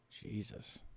Jesus